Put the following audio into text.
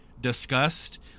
discussed